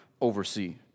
oversee